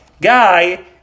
guy